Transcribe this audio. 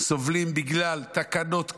סובלים בגלל תקנות כאלה,